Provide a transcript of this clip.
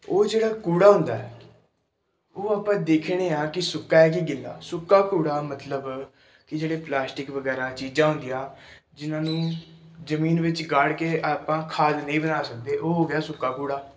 ਉਹ ਜਿਹੜਾ ਕੂੜਾ ਹੁੰਦਾ ਉਹ ਆਪਾਂ ਦੇਖਣੇ ਹਾਂ ਕਿ ਸੁੱਕਾ ਹੈ ਕਿ ਗਿੱਲਾ ਸੁੱਕਾ ਕੂੜਾ ਮਤਲਬ ਕਿ ਜਿਹੜੇ ਪਲਾਸਟਿਕ ਵਗੈਰਾ ਚੀਜ਼ਾਂ ਹੁੰਦੀਆਂ ਜਿਨ੍ਹਾਂ ਨੂੰ ਜ਼ਮੀਨ ਵਿੱਚ ਗਾੜ ਕੇ ਆਪਾਂ ਖਾਦ ਨਹੀਂ ਬਣਾ ਸਕਦੇ ਉਹ ਹੋ ਗਿਆ ਸੁੱਕਾ ਕੂੜਾ